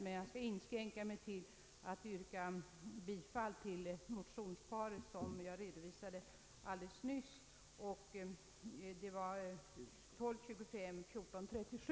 Jag skall dock inskränka mig till att yrka bifall till det motionspar som jag har redovisat helt nyss, nämligen I: 1225 och II: 1437.